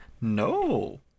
No